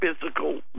physical